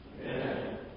Amen